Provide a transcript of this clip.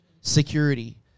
security